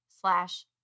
slash